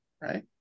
right